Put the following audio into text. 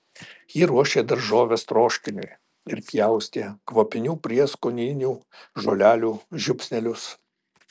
ji ruošė daržoves troškiniui ir pjaustė kvapnių prieskoninių žolelių žiupsnelius